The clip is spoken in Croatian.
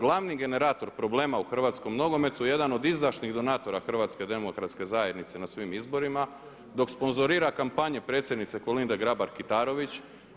glavni generator problema u hrvatskom nogometu jedan od izdašnih donatora HDZ-a na svim izborima, dok sponzorira kampanje predsjednice Kolinde Grabar Kitarović.